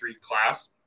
class